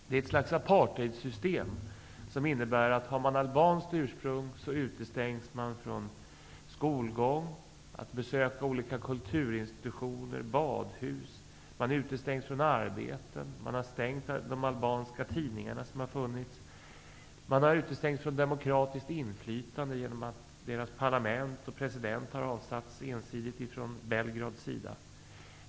Det är ett slags apartheidsystem som innebär att man utestängs från skolgång och från att besöka olika kulturinstitutioner och badhus. Man utestängs från arbeten. De albanska tidningar som funnits har stängts. Albanerna har utestängts från demokratiskt inflytande genom att man från Belgrad ensidigt har avsatt deras parlament och president.